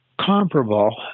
Comparable